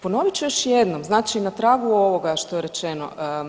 Ponovit ću još jednom, znači na tragu ovoga što je rečeno.